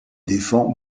défend